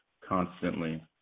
constantly